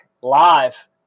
live